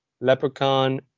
Leprechaun